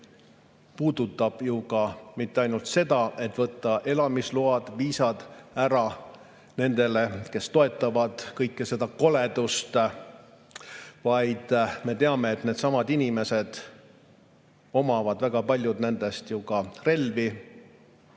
see puudutab mitte ainult seda, et võtta elamisload või viisad ära nendelt, kes toetavad kõike seda koledust, vaid me teame, et needsamad inimesed, väga paljud nendest omavad